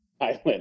island